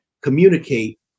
communicate